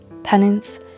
penance